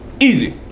Easy